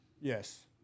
Yes